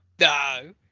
no